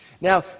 Now